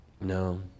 No